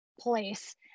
place